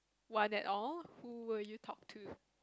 one at all who would you talk to